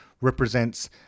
represents